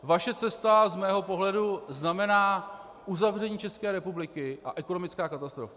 Vaše cesta z mého pohledu znamená uzavření České republiky a ekonomickou katastrofu.